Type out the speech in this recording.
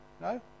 No